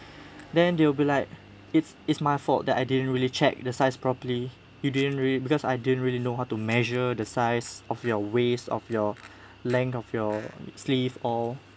then they will be like it's it's my fault that I didn't really check the size properly you didn't read it because I didn't really know how to measure the size of your waist of your length of your sleeve all